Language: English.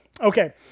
Okay